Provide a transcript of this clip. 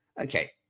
Okay